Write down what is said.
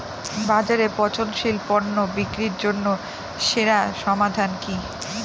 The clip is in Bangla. বাজারে পচনশীল পণ্য বিক্রির জন্য সেরা সমাধান কি?